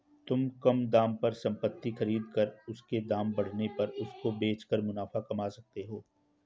तुम कम दाम पर संपत्ति खरीद कर उसके दाम बढ़ने पर उसको बेच कर मुनाफा कमा सकते हो